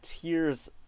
tears